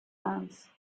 uns